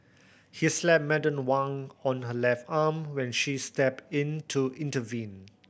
he slapped Madam Wang on her left arm when she is stepped in to intervene